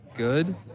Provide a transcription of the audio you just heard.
Good